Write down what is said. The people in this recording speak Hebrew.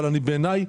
בעיני,